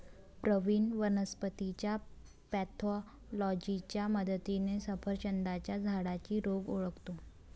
प्रवीण वनस्पतीच्या पॅथॉलॉजीच्या मदतीने सफरचंदाच्या झाडातील रोग ओळखतो